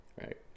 Right